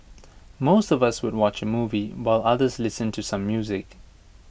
most of us would watch A movie while others listen to some music